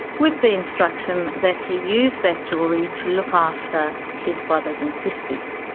with the instruction that he use that jewellery to look after his brothers and sisters.